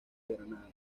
granada